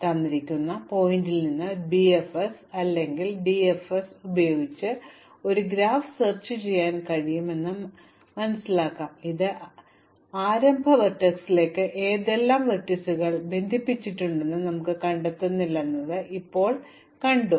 തന്നിരിക്കുന്ന ശീർഷകത്തിൽ നിന്ന് ബിഎഫ്എസ് അല്ലെങ്കിൽ ഡിഎഫ്എസ് ഉപയോഗിച്ച് ഒരു ഗ്രാഫ് പര്യവേക്ഷണം ചെയ്യുമ്പോൾ ഈ ആരംഭ വെർട്ടെക്സിലേക്ക് ഏതെല്ലാം വെർട്ടീസുകൾ ബന്ധിപ്പിച്ചിട്ടുണ്ടെന്ന് ഞങ്ങൾ കണ്ടെത്തുന്നില്ലെന്ന് ഇപ്പോൾ ഞങ്ങൾ കണ്ടു